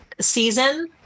season